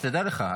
שתדע לך,